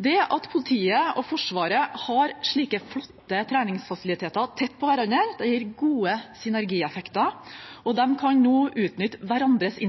Det at politiet og Forsvaret har slike flotte treningsfasiliteter tett ved hverandre, gir gode synergieffekter, og de kan nå utnytte hverandres